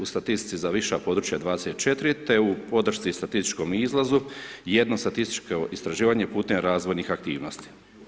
U statistici za viša područja 24. te u podršci i statističkom izlazu jedno statističko istraživanje putem razvojnih aktivnosti.